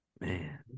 Man